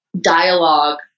dialogue